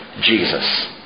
Jesus